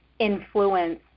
influence